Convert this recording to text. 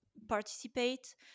participate